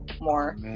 more